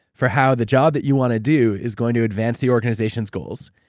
for how the job that you want to do is going to advance the organization's goals.